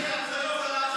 נגד הראשון לציון,